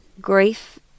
grief